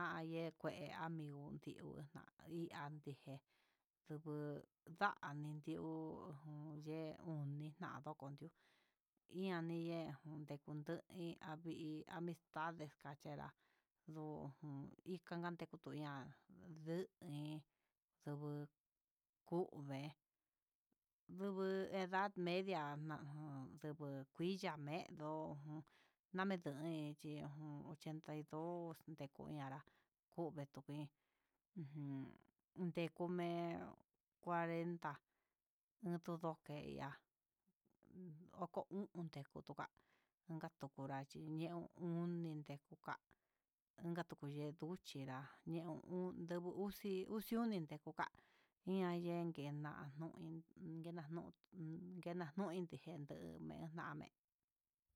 An ye'e kué amigo ndindo nuyanije ngua nduju na'a nindi'ó, yee unija nduku ndió ian niyee ndekundió ian neye amistad nadecheda do'o jun ijan ñandee kutu ña'a, nduin ndungu kudeen, ndugu kuii ya'a mendo ujun namen yui chí, ujun cheun ochenta y dos, ndeku ihá kuu ndekuni ndekume cuarenta ndutu ndokei nda'a un oko u'on ndekutuva, inka tukunrachi ñe'u uu oni ndeuká entukuyee yuchi ndá, yeu u'on yendo uxí, uxi oni yutu ka'a ian yengue nanui ni nanui ndiguen he ndame'e.